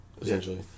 essentially